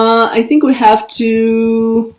i think we have to.